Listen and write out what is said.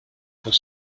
pour